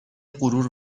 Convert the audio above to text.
غرور